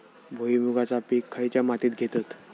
भुईमुगाचा पीक खयच्या मातीत घेतत?